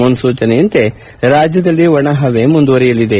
ಮುನ್ನೂಚನೆಯಂತೆ ರಾಜ್ಯದಲ್ಲಿ ಒಣಹವೆ ಮುಂದುವರೆಯಲಿದೆ